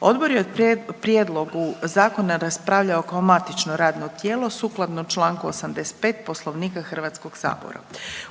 Odbor je o prijedlogu zakona raspravljao kao matično radno tijelo sukladno čl. 85. Poslovnika Hrvatskog sabora.